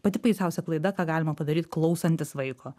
pati baisiausia klaida ką galima padaryt klausantis vaiko